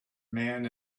man